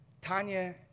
Tanya